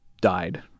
died